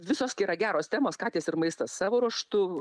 visos tai yra geros temos katės ir maistas savo ruožtu